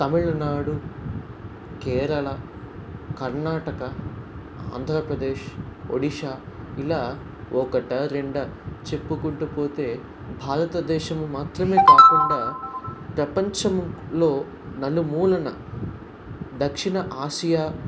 తమిళనాడు కేరళ కర్ణాటక ఆంధ్రప్రదేశ్ ఒడిశా ఇలా ఒకటా రెండా చెప్పుకుంటూ పోతే భారతదేశం మాత్రమే కాకుండా ప్రపంచంలో నలు మూలన దక్షిణ ఆసియా